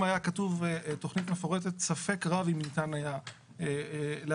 אם היה כתוב "תכנית מפורטת" ספק רב אם ניתן היה להחיל